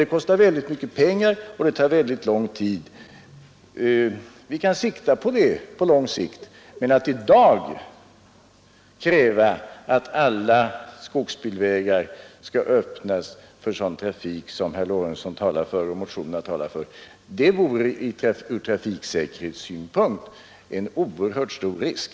Det kostar mycket pengar, och det tar lång tid. Vi kan inrikta oss på det på lång sikt. Att i dag kräva att alla skogsbilvägar skall öppnas för sådan trafik, som föreslås i motionen 499 av herr Lorentzon m.fl., skulle ur trafiksäkerhetssynpunkt innebära en oerhört stor risk.